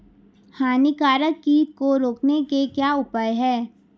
हानिकारक कीट को रोकने के क्या उपाय हैं?